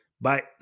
Bye